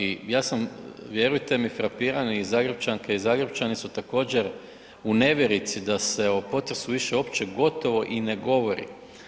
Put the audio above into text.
I ja sam vjerujte mi frapiran i Zagrepčanke i Zagrepčani su također u nevjerici da se o potresu više uopće gotovo i ne govori.